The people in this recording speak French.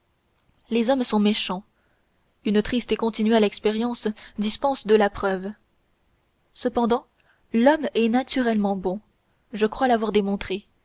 les hommes sont méchants une triste et continuelle expérience dispense de la preuve cependant l'homme est naturellement bon je crois l'avoir démontré